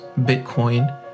Bitcoin